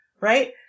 right